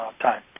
time